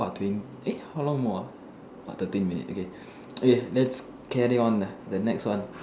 what doing eh how long more ah thirteen minute okay let's carry on the next one